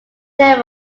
there